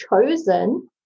chosen